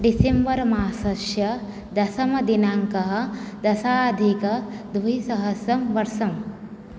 December मासस्य दशमदिनाङ्कः दशाधिकद्विसहस्रं वर्षं